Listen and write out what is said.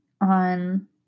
on